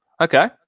Okay